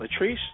Latrice